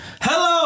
hello